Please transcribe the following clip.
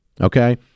Okay